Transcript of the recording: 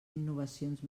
innovacions